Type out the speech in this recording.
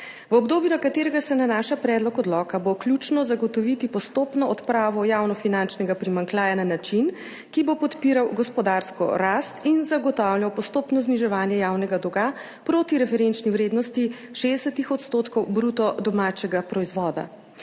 V obdobju na katerega se nanaša predlog odloka bo ključno zagotoviti postopno odpravo javnofinančnega primanjkljaja na način, ki bo podpiral gospodarsko rast in zagotavljal postopno zniževanje javnega dolga proti referenčni vrednosti 60 % bruto domačega proizvoda.